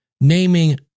Naming